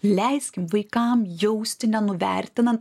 leiskim vaikam jausti nenuvertinant